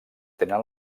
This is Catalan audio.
tenen